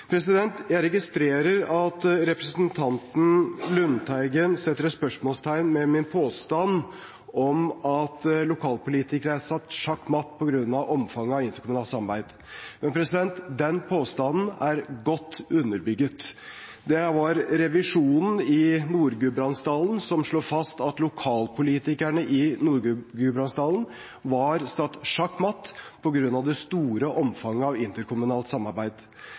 Jeg registrerer at representanten Lundteigen setter et spørsmålstegn ved min påstand om at lokalpolitikere er satt sjakkmatt på grunn av omfanget av interkommunalt samarbeid. Men den påstanden er godt underbygd. Det var revisjonen i Nord-Gudbrandsdalen som slo fast at lokalpolitikerne i Nord-Gudbrandsdalen var satt sjakkmatt på grunn av det store omfanget av interkommunalt samarbeid.